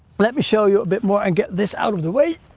let me show you a bit more and get this out of the way,